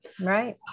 right